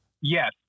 Yes